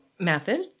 Method